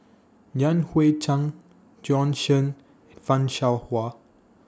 Yan Hui Chang Bjorn Shen fan Shao Hua